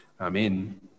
Amen